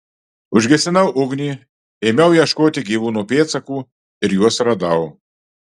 užgesinau ugnį ėmiau ieškoti gyvūno pėdsakų ir juos radau